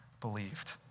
believed